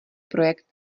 projekt